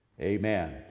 amen